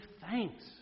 thanks